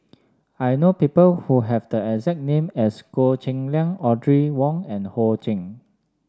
I know people who have the exact name as Goh Cheng Liang Audrey Wong and Ho Ching